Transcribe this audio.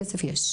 כסף יש.